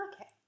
Okay